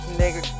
nigga